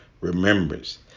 remembrance